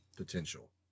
potential